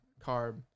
carb